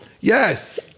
Yes